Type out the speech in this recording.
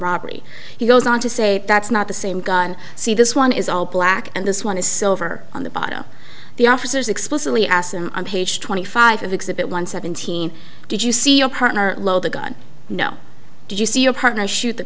robbery he goes on to say that's not the same gun see this one is all black and this one is silver on the bottom the officers explicitly asked him on page twenty five of exhibit one seventeen did you see your partner load the gun no did you see your partner shoot the